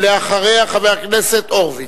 ואחריה, חבר הכנסת הורוביץ.